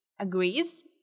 agrees